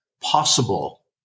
possible